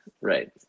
Right